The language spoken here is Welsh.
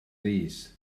rees